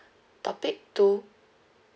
topic two